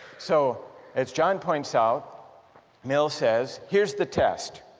so as john points out mill says here's the test,